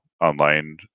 online